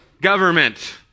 government